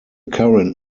current